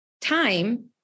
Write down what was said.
time